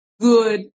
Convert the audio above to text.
good